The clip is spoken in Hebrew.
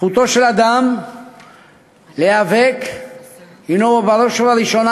זכותו של אדם להיאבק הִנה בראש ובראשונה